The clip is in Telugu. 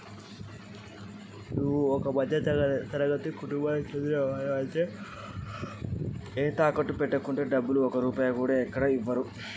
నేను ఒక మధ్య తరగతి కి చెందిన వ్యక్తిని నాకు తాకట్టు లేకుండా పైసలు ఇస్తరా?